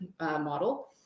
model